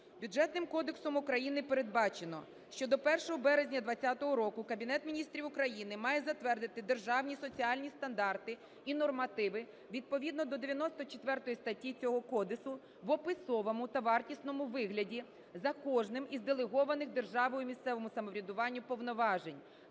Бюджетним кодексом України передбачено, що до 1 березня 20-го року Кабінет Міністрів України має затвердити державні соціальні стандарти і нормативи відповідно до 94 статті цього кодексу в описовому та вартісному вигляді за кожним із делегованих державою місцевому самоврядуванню повноважень